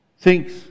thinks